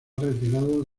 retirado